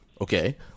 Okay